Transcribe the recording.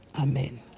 Amen